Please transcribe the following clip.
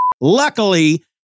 Luckily